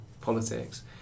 politics